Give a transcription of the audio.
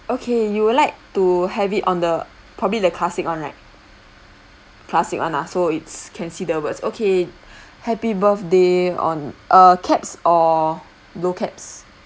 okay you would like to have it on the probably the classic [one] right classic [one] ah so it's can see the words okay happy birthday on uh caps or low caps